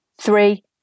three